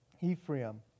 Ephraim